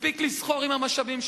מספיק לסחור במשאבים שלנו.